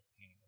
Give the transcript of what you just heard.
pain